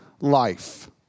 life